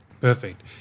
Perfect